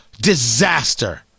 disaster